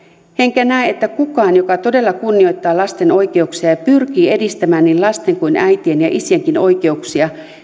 enkä näe että kukaan joka todella kunnioittaa lasten oikeuksia ja pyrkii edistämään niin lasten kuin äitien ja isienkin oikeuksia